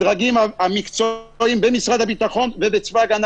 הדרגים המקצועיים במשרד הביטחון ובצבא הגנה